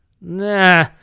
Nah